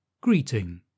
Greeting